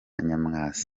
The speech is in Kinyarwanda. nyamwasa